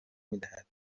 میدهد